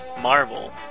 Marvel